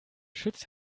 schütz